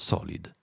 Solid